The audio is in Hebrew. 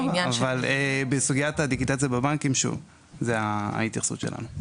-- אבל בסוגיית הדיגיטציה בבנקים זאת ההתייחסות שלנו.